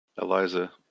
Eliza